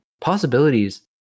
possibilities